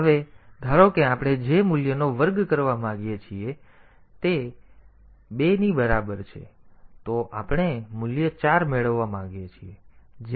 હવે ધારો કે આપણે જે મૂલ્યનો વર્ગ કરવા માંગીએ છીએ તે ધારો કે a એ 2 ની બરાબર છે તો આપણે મૂલ્ય 4 મેળવવા માંગીએ છીએ